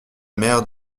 mère